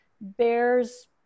bears